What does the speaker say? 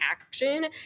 action